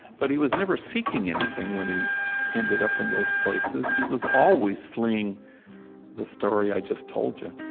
but he was never seeking anything when he ended up in those places. he was always fleeing the story i just told you